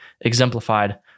exemplified